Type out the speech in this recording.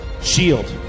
Shield